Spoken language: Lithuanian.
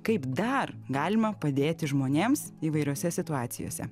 kaip dar galima padėti žmonėms įvairiose situacijose